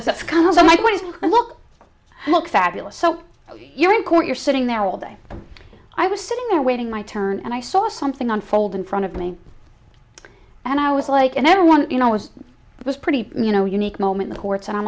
look look fabulous so you're in court you're sitting there all day i was sitting there waiting my turn and i saw something on fold in front of me and i was like everyone you know was it was pretty you know unique moment the courts and i'm